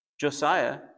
Josiah